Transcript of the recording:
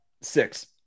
Six